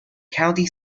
county